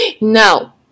No